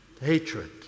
hatred